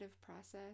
process